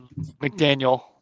McDaniel